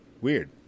Weird